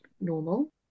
normal